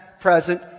present